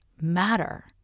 matter